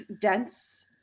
dense